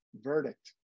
Verdict